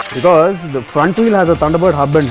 because the front wheel has a thunderbird hub but